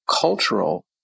cultural